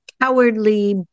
cowardly